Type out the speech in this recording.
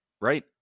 Right